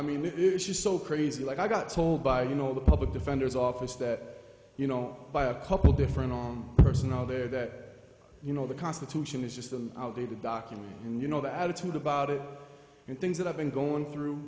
mean it was so crazy like i got told by you know the public defender's office that you know by a couple different on personnel there that you know the constitution is just i'm outdated document and you know the attitude about it and things that i've been going through